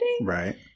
Right